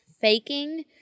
faking